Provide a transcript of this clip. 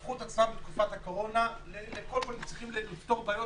בתקופת הקורונה הם היו צריכים כל הזמן לפתור בעיות